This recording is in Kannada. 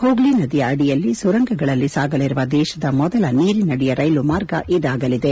ಹೂಗ್ನಿ ನದಿಯ ಅಡಿಯಲ್ಲಿ ಸುರಂಗಗಳಲ್ಲಿ ಸಾಗಲಿರುವ ದೇತದ ಮೊದಲ ನೀರಿನಡಿಯ ರೈಲು ಮಾರ್ಗ ಇದಾಗಲಿದೆ